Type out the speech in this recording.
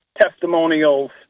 testimonials